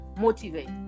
Motivate